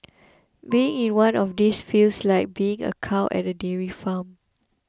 being in one of these places feels like being a cow at a dairy farm